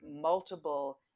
multiple